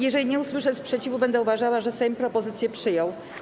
Jeżeli nie usłyszę sprzeciwu, będę uważała, że Sejm propozycje przyjął.